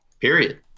Period